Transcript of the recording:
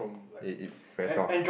it it's very soft